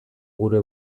gure